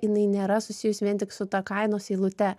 jinai nėra susijus vien tik su ta kainos eilute